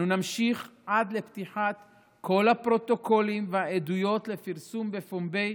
אנו נמשיך עד לפתיחת כל הפרוטוקולים והעדויות לפרסום בפומבי.